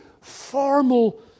formal